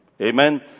amen